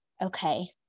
Okay